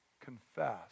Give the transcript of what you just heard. Confess